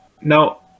now